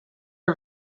her